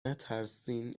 نترسین